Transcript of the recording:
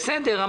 בסדר.